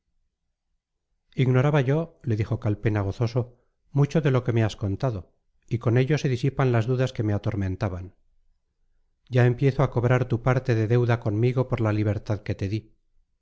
ignoraba yo le dijo calpena gozoso mucho de lo que me has contado y con ello se disipan las dudas que me atormentaban ya empiezo a cobrar tu parte de deuda conmigo por la libertad que te di